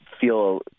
feel